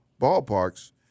ballparks